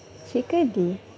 chickadee